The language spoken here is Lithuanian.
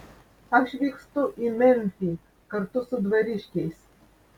aš vykstu į memfį kartu su dvariškiais